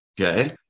okay